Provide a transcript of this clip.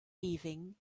leaving